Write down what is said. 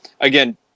again